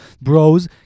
bros